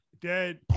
Dead